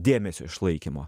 dėmesio išlaikymo